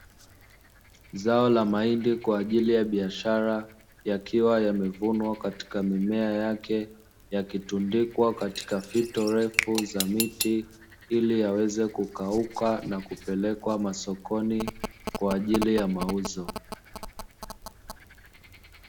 Zao la mahindi kwa ajili ya biashara yakiwa yamevunwa katika mimea yake yakitundikwa katika fito refu za miti, ili yaweze kukauka na kupelekwa masokoni kwa ajili ya mauzo.